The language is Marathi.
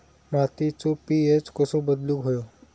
मातीचो पी.एच कसो बदलुक होयो?